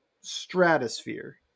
stratosphere